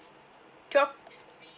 twelve